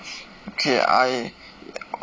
okay I